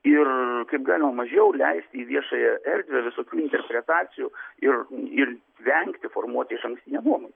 ir kaip galima mažiau leisti į viešąją erdvę visokių interpretacijų ir ir vengti formuoti išankstinę nuomonę